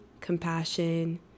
compassion